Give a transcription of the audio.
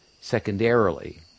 secondarily